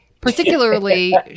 Particularly